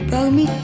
Parmi